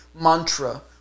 mantra